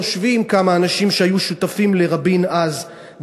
יושבים כמה אנשים שהיו שותפים לרבין אז,